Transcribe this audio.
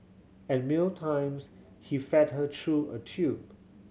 at meal times he fed her through a tube